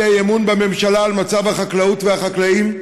אי-אמון בממשלה על מצב החקלאות והחקלאים,